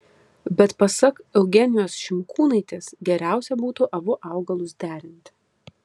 bet pasak eugenijos šimkūnaitės geriausia būtų abu augalus derinti